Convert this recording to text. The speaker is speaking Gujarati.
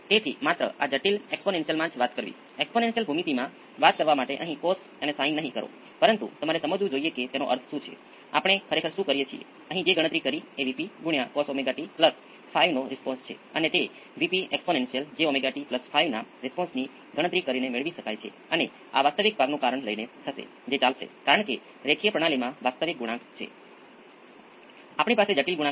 તેથી આ કિસ્સામાં કરંટ C × આ વોલ્ટેજનું વિકલન